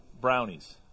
brownies